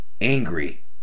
angry